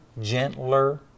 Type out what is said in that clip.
gentler